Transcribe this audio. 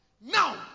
Now